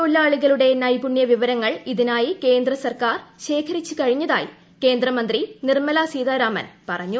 തൊഴിലാളികളുടെ നൈപുണ്യ വിവരങ്ങൾ ഇതിനായി കേന്ദ്ര സർക്കാർ ശേഖരിച്ചു കഴിഞ്ഞതായി കേന്ദ്രമന്ത്രി നിർമലാ സീതാരാമൻ പറഞ്ഞു